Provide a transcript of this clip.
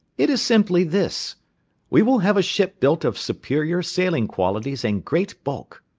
it is simply this we will have a ship built of superior sailing qualities and great bulk.